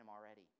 already